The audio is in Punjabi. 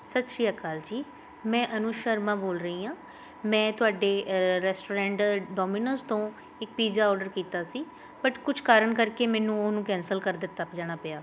ਸਤਿ ਸ਼੍ਰੀ ਅਕਾਲ ਜੀ ਮੈਂ ਅਨੂ ਸ਼ਰਮਾ ਬੋਲ ਰਹੀ ਹਾਂ ਮੈਂ ਤੁਹਾਡੇ ਰੈਸਟੋਰੈਂਟ ਡੋਮੀਨੋਜ਼ ਤੋਂ ਇੱਕ ਪੀਜਾ ਔਡਰ ਕੀਤਾ ਸੀ ਬਟ ਕੁਛ ਕਾਰਨ ਕਰਕੇ ਮੈਨੂੰ ਉਹਨੂੰ ਕੈਂਸਲ ਕਰ ਦਿੱਤਾ ਜਾਣਾ ਪਿਆ